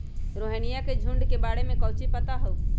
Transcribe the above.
रोहिनया के झुंड के बारे में कौची पता हाउ?